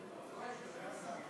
היושב-ראש,